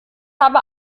habe